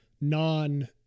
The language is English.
non